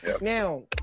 now